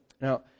Now